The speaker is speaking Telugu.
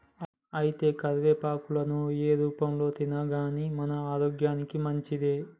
అయితే కరివేపాకులను ఏ రూపంలో తిన్నాగానీ మన ఆరోగ్యానికి మంచిదే